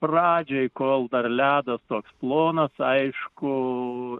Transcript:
pradžioj kol dar ledas toks plonas aišku